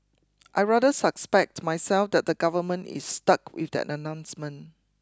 I rather suspect myself that the government is stuck with that announcement